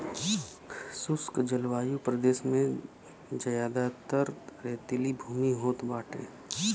शुष्क जलवायु प्रदेश में जयादातर रेतीली भूमि होत बाटे